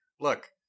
Look